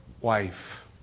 wife